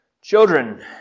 Children